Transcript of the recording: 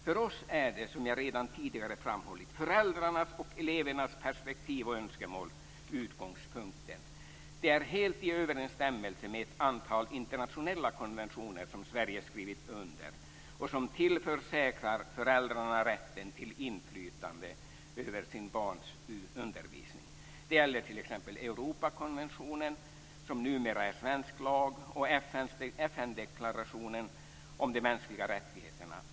För oss är det, som jag redan tidigare har framhållit, föräldrarnas och elevernas perspektiv som är utgångspunkten. Det är helt i överensstämmelse med ett antal internationella konventioner som Sverige har skrivit under och som tillförsäkrar föräldrarna rätten till inflytande över sina barns undervisning. Det gäller t.ex. Europakonventionen, som numera är svensk lag, och FN:s deklaration om de mänskliga rättigheterna.